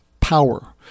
power